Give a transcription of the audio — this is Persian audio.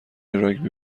راگبی